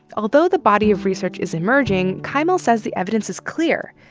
although the body of research is emerging, kaimal says the evidence is clear.